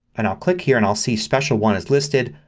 and i'll click here and i'll see special one is listed.